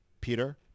Peter